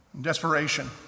Desperation